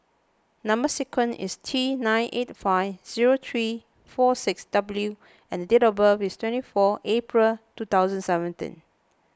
Number Sequence is T nine eight five zero three four six W and date of birth is twenty four April two thousand and seventeen